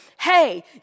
Hey